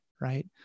right